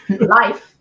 Life